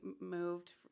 moved